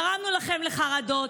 גרמנו לכם לחרדות.